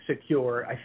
secure